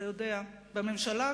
אתה יודע, בממשלה הקודמת,